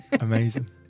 Amazing